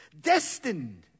destined